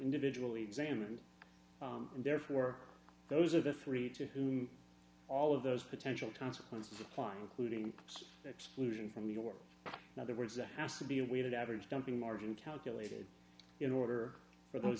individually examined and therefore those are the three to whom all of those potential consequences applying clued in exclusion from your other words there has to be a weighted average dumping margin calculated in order for those